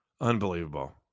Unbelievable